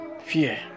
Fear